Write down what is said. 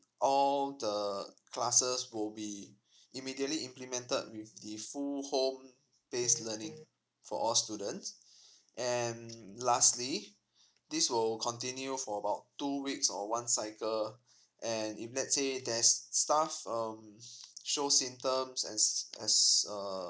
all the classes will be immediately implemented with the full homee base learning for all students and lastly this will continue for about two weeks or one cycle and if let's say there's staff um shows symptoms and as uh